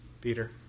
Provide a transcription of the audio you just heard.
Peter